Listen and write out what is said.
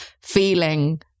feeling